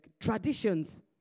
traditions